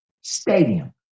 Stadium